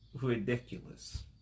ridiculous